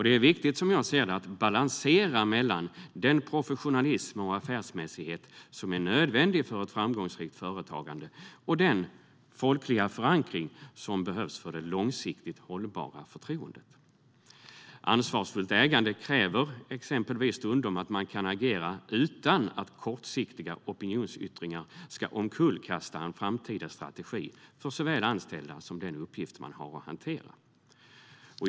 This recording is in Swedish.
Det är viktigt, som jag ser det, att balansera mellan den professionalism och affärsmässighet som är nödvändig för ett framgångsrikt företagande och den folkliga förankring som behövs för det långsiktigt hållbara förtroendet. Ansvarfullt ägande kräver exempelvis stundom att man kan agera utan att kortsiktiga opinionsyttringar ska omkullkasta en framtida strategi för såväl anställda som den uppgift man har att hantera.